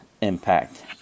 Impact